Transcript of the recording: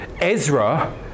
Ezra